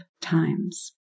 times